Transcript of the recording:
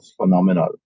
phenomenal